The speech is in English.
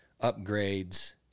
upgrades